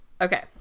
okay